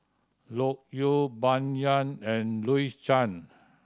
Loke Yew Bai Yan and Louis Chen